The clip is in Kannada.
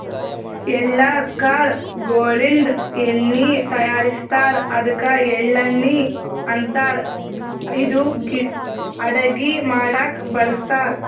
ಎಳ್ಳ ಕಾಳ್ ಗೋಳಿನ್ದ ಎಣ್ಣಿ ತಯಾರಿಸ್ತಾರ್ ಅದ್ಕ ಎಳ್ಳಣ್ಣಿ ಅಂತಾರ್ ಇದು ಅಡಗಿ ಮಾಡಕ್ಕ್ ಬಳಸ್ತಾರ್